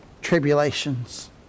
tribulations